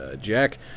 Jack